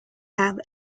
have